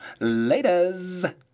Laters